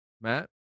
matt